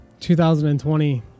2020